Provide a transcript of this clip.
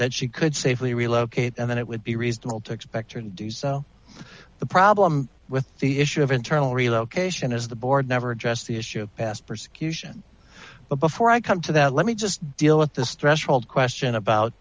that she could safely relocate and then it would be reasonable to expect her to do so the problem with the issue of internal relocation as the board never addressed the issue asked persecution but before i come to that let me just deal with this threshold question about